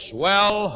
Swell